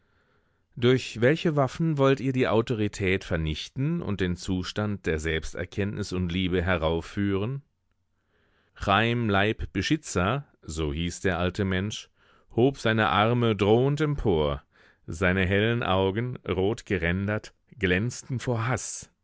durch welche waffen wollt ihr die autorität vernichten und den zustand der selbsterkenntnis und liebe heraufführen chaim leib beschitzer so hieß der alte mensch hob seine arme drohend empor seine hellen augen rotgerändert glänzten vor haß